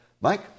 Mike